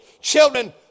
children